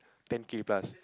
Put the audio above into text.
ten K plus